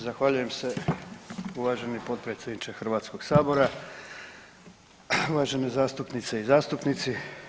Zahvaljujem se uvaženi potpredsjedniče Hrvatskog sabora, uvažene zastupnice i zastupnici.